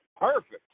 Perfect